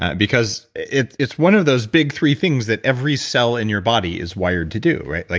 because it's it's one of those big three things that every cell in your body is wired to do, right? like